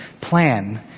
plan